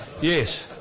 Yes